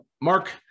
Mark